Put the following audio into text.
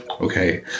okay